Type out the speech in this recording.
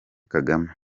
kagame